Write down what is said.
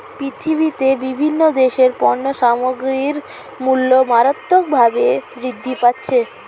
পৃথিবীতে বিভিন্ন দেশের পণ্য সামগ্রীর মূল্য মারাত্মকভাবে বৃদ্ধি পাচ্ছে